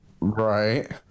Right